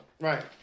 Right